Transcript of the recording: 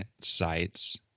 sites